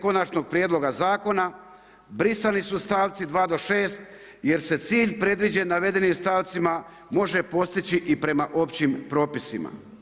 Konačnog prijedloga Zakona, brisani su stavci 2. do 6. jer se cilj predviđen navedenim stavcima može postići i prema općim propisima.